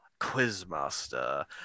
Quizmaster